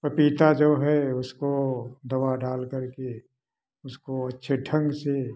पपीता जो है उसको दवा डाल करके उसको अच्छे ढंग से